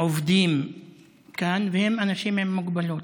עובדים כאן, והם אנשים עם מוגבלות.